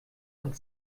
und